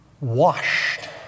washed